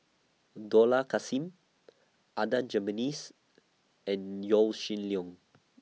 Dollah Kassim Adan Jimenez and Yaw Shin Leong